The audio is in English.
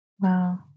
wow